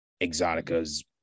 Exotica's